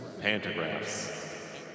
Pantographs